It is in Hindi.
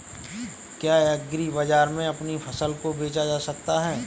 क्या एग्रीबाजार में अपनी फसल को बेचा जा सकता है?